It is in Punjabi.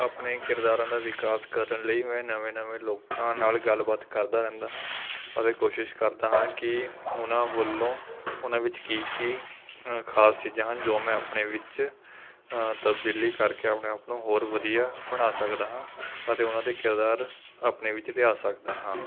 ਆਪਣੇ ਕਿਰਦਾਰਾਂ ਦਾ ਵਿਕਾਸ ਕਰਨ ਲਈ ਮੈਂ ਨਵੇਂ ਨਵੇਂ ਲੋਕਾਂ ਨਾਲ ਗੱਲ ਬਾਤ ਕਰਦਾ ਰਹਿੰਦਾ ਹਾਂ ਅਤੇ ਕੋਸ਼ਿਸ਼ ਕਰਦਾ ਹਾਂ ਕਿ ਉਹਨਾਂ ਵੱਲੋਂ ਉਨ੍ਹਾਂ ਵਿੱਚ ਕੀ ਕੀ ਖਾਸ ਚੀਜ਼ਾਂ ਹਨ ਜੋ ਮੈਂ ਆਪਣੇ ਵਿੱਚ ਤਬਦੀਲੀ ਕਰਕੇ ਆਪਣੇ ਆਪ ਨੂੰ ਹੋਰ ਵਧੀਆ ਬਣਾ ਸਕਦਾ ਹਾਂ ਅਤੇ ਉਹਨਾਂ ਦੇ ਕਿਰਦਾਰ ਆਪਣੇ ਵਿੱਚ ਲਿਆ ਸਕਦਾ ਹਾਂ